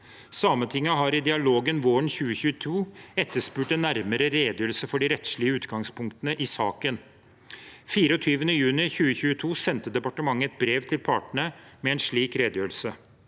Sametinget har i dialogen våren 2022 etterspurt en nærmere redegjørelse for de rettslige utgangspunktene i saken. Den 24. juni 2022 sendte departementet et brev til partene med en slik redegjørelse.